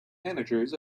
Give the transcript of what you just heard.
managers